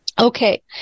Okay